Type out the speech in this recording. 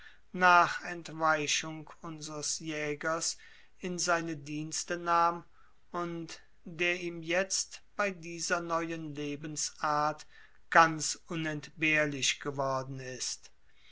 nach entweichung unsers jägers in seine dienste nahm und der ihm jetzt bei dieser neuen lebensart ganz unentbehrlich geworden ist